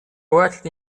worked